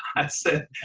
i said,